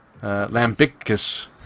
lambicus